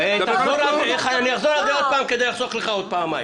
שתדבר על --- אני אחזור על זה עוד פעם כדי לחסוך לך עוד פעמיים.